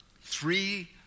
three